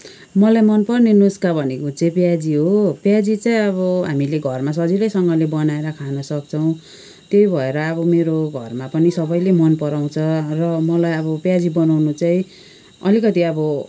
मलाई मनपर्ने नुस्का भनेको चाहिँ प्याजी हो प्याजी चाहिँ अब हामीले घरमा सजिलैसँगले बनाएर खानुसक्छौँ त्यही भएर अब मेरो घरमा पनि सबैले मन पराउँछ र मलाई अब प्याजी बनाउनु चाहिँ अलिकति अब